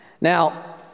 Now